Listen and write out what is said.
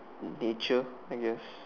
nature I guess